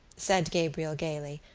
said gabriel gaily,